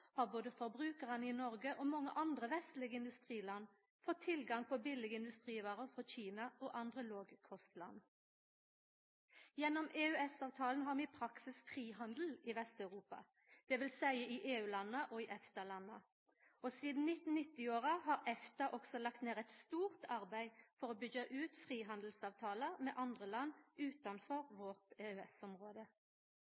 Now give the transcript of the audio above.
har forbrukarane i både Noreg og mange andre vestlege industriland fått tilgang på billege industrivarer frå Kina og andre lågkostland. Gjennom EØS-avtalen har vi i praksis frihandel i Vest-Europa, dvs. i EU-landa og EFTA-landa. Sidan 1990-åra har EFTA også lagt ned eit stort arbeid for å byggja ut frihandelsavtalar med andre land utanfor